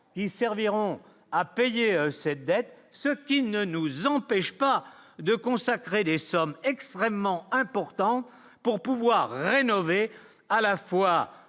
ils serviront à payer cette dette, ce qui ne nous empêche pas de consacrer des sommes extrêmement important pour pouvoir rénover, à la fois